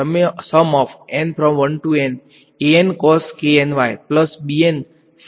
તેથી હું જોઈ શકું છું